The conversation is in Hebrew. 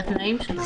לתנאים שלו.